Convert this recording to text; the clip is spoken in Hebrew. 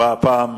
לסדר-היום.